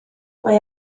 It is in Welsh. mae